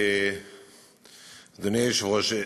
אדוני היושב-ראש.